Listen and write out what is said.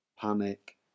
panic